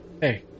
Hey